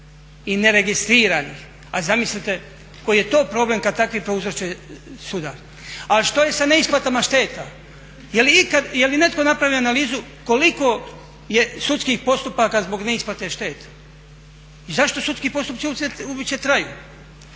i neregistriranih a zamislite koji je to problem kad takvi prouzroče sudar. A što je sa neisplatama šteta? Je li netko napravio analizu koliko je sudskih postupaka zbog neisplate šteta? I zašto sudski postupci uopće traju?